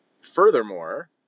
Furthermore